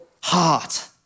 heart